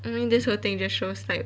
I mean this whole thing just shows like